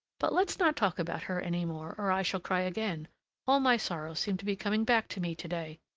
but let's not talk about her any more or i shall cry again all my sorrows seem to be coming back to me to-day.